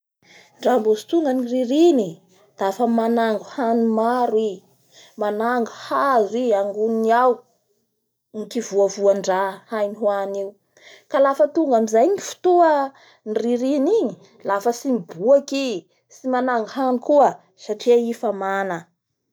Dra mbo tsy tonga ny ririny dafa manango hany maro i, manango hazo i, agnonony ao ny kivoavoandraha hainy hohany io ka lafa tonga amizay ny fotoa ny ririny igny lafa tsy miboaky i, lafa tsy anango hany koa satria i fa mana.